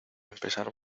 empezar